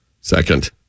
Second